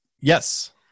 Yes